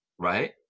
right